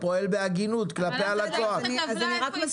משלמת --- משלמת לכם להפעיל פה?